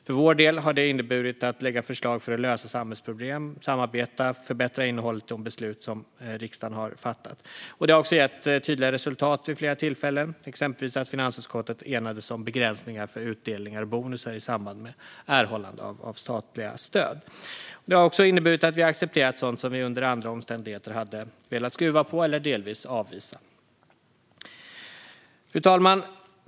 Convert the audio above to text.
För vår del har detta inneburit att lägga fram förslag för att lösa samhällsproblem och samarbeta för att förbättra innehållet i de beslut som riksdagen fattat. Det har också gett tydliga resultat vid flera tillfällen, exempelvis att finansutskottet enades om begränsningar för utdelningar och bonusar i samband med erhållande av statliga stöd. Det har också inneburit att vi accepterat sådant som vi under andra omständigheter hade velat skruva på eller delvis avvisa. Fru talman!